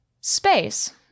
Space